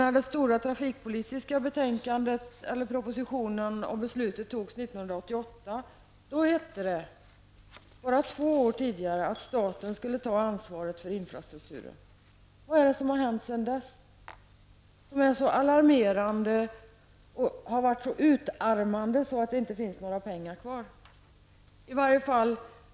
När den stora trafikpolitiska propositionen lades fram och beslutet fattades 1988 hette det, bara två år tidigare, att staten skulle ta ansvar för infrastrukturen. Vad är det som har hänt sedan dess som är så alarmerande och som har varit så utarmande att det inte finns pengar kvar?